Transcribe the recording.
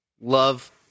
Love